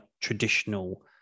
traditional